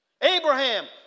Abraham